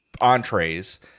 entrees